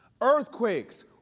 earthquakes